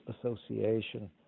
association